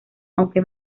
aunque